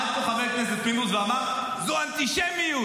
עמד פה חבר הכנסת פינדרוס ואמר: זו אנטישמיות,